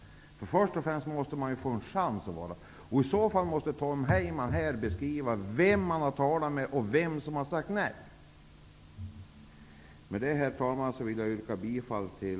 Först och främst måste man få en chans att vara med. Tom Heyman måste i så fall berätta vem han har talat med och vem som har sagt nej. Herr talman! Med detta vill jag yrka bifall till